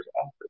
office